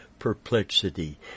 Perplexity